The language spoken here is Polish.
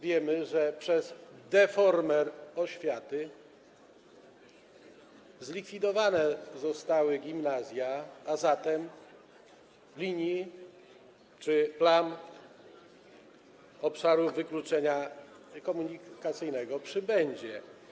Wiemy, że przez deformę oświaty zlikwidowane zostały gimnazja, a zatem linii czy plam w obszarze wykluczenia komunikacyjnego przybędzie.